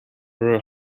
were